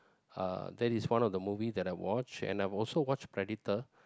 uh that is one of the movie that I watch and I've also watched Predator